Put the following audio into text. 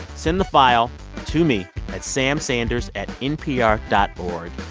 send the file to me at samsanders at npr dot